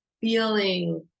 feeling